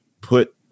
put